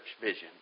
vision